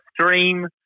stream